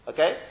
Okay